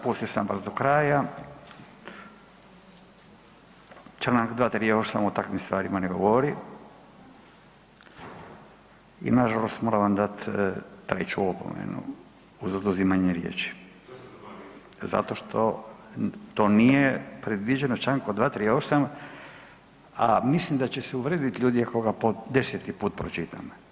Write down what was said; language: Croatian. Pustio sam vas do kraja, Članak 238. o takvim stvarima ne govori i nažalost moram vam dati treću opomenu uz oduzimanje riječi zato što to nije predviđeno Člankom 238., a mislim da će se uvrijedit ljudi ako ga po 10-ti put pročitam.